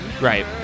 Right